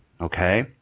okay